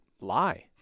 lie